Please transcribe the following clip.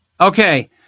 Okay